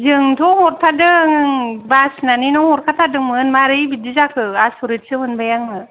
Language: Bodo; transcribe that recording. जोंथ' हरथारदों बासिनानैनो हरखाथारदोंमोन मारै बिदि जाखो आसरिदसो मोनबाय आङो